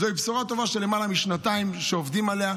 זוהי בשורה טובה שלמעלה משנתיים עובדים עליה.